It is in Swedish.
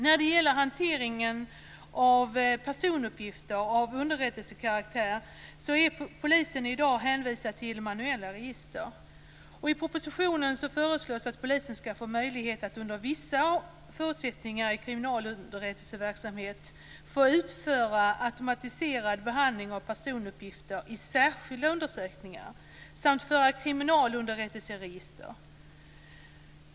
När det gäller hanteringen av personuppgifter av underrättelsekaraktär är polisen i dag hänvisad till manuella register. I propositionen föreslås att polisen skall få möjlighet att under vissa förutsättningar i kriminalunderrättelseverksamhet få utföra automatiserad behandling av personuppgifter i särskilda undersökningar samt föra kriminalunderrättelseregister.